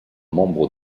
membres